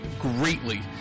greatly